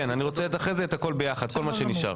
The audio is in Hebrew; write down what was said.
כן, אני רוצה אחרי זה את הכול ביחד, כל מה שנשאר.